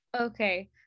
Okay